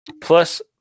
Plus